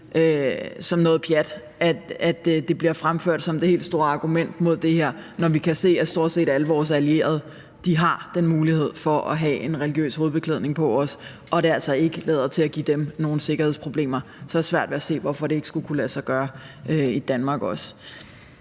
som noget pjat, når det bliver fremført som det helt store argument mod det her. Vi kan se, at stort set alle vores allierede har den mulighed for at bære en religiøs hovedbeklædning, og det lader altså ikke til at give dem nogen sikkerhedsproblemer, og så har jeg svært ved at se, hvorfor det ikke også skulle kunne lade sig gøre i Danmark.